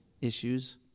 issues